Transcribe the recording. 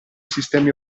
sistemi